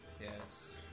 Yes